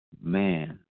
Man